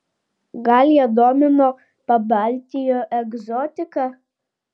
gal ją domino pabaltijo egzotika